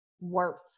worth